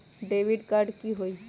Debit card की होई?